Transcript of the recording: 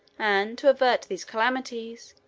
and, to avert these calamities,